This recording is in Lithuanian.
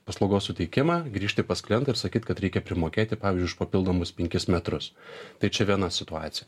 paslaugos suteikimą grįžti pas klientą ir sakyt kad reikia primokėti pavyzdžiui už papildomus penkis metrus tai čia viena situacija